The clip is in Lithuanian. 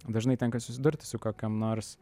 dažnai tenka susidurti su kokiom nors